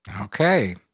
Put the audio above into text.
Okay